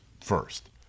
first